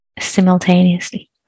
simultaneously